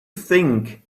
think